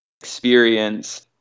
experience